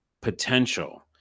potential